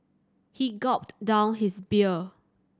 he gulped down his beer